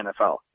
NFL